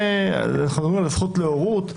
אנחנו מדברים על הזכות להורות,